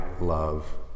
love